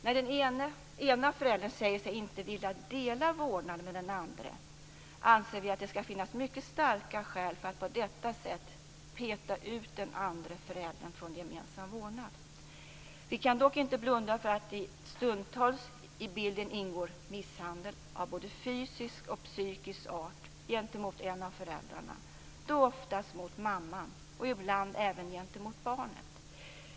När den ena föräldern säger sig inte vilja dela vårdnaden med den andre, anser vi att det skall finnas mycket starka skäl för att på detta sätt "peta ut" den andre föräldern från gemensam vårdnad. Vi kan dock inte blunda för att det stundtals i bilden ingår misshandel av både fysisk och psykisk art gentemot en av föräldrarna - och då oftast mot mamman - och ibland även gentemot barnet.